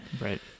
Right